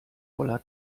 voller